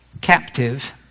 captive